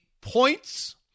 points